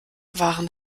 waren